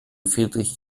friedrich